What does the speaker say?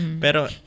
Pero